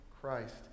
Christ